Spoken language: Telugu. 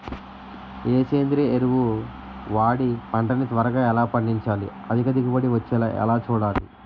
ఏ సేంద్రీయ ఎరువు వాడి పంట ని త్వరగా ఎలా పండించాలి? అధిక దిగుబడి వచ్చేలా ఎలా చూడాలి?